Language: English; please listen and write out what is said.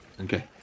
Okay